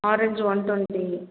orange one twenty